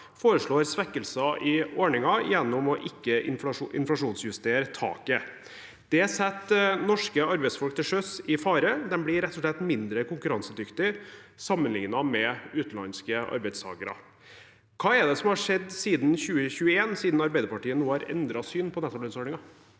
foreslår svekkelser i ordningen gjennom å ikke inflasjonsjustere taket. Det setter norske arbeidsfolk til sjøs i fare, de blir rett og slett mindre konkurransedyktige sammenlignet med utenlandske arbeidstakere. Hva er det som har skjedd siden 2021, siden Arbeiderpartiet nå har endret syn på nettolønnsordningen?